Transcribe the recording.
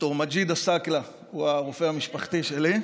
ד"ר מג'יד עסאקלה הוא הרופא המשפחתי שלי.